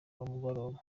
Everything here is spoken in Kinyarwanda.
mugoroba